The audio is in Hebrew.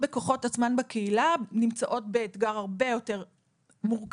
בכוחות עצמן בתוך הקהילה נמצאות במצב הרבה יותר מורכב,